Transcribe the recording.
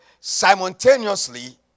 simultaneously